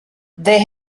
they